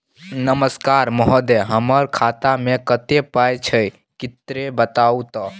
नमस्कार महोदय, हमर खाता मे कत्ते पाई छै किन्ने बताऊ त?